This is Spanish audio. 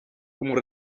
como